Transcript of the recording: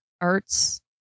arts